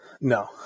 No